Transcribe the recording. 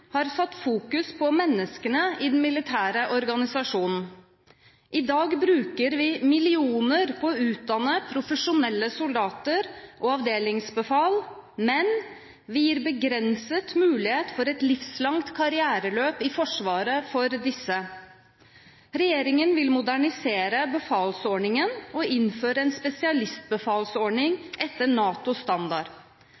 har satt fokus på menneskene i den militære organisasjonen. I dag bruker vi millioner på å utdanne profesjonelle soldater og avdelingsbefal, men vi gir begrenset mulighet for et livslangt karriereløp i Forsvaret for disse. Regjeringen vil modernisere befalsordningen og innføre en spesialistbefalsordning